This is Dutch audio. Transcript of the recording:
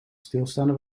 stilstaande